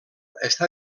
està